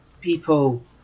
people